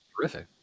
terrific